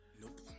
Nope